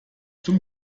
zum